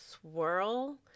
swirl